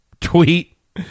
tweet